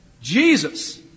Jesus